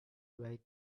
write